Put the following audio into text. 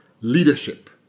leadership